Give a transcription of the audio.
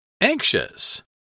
Anxious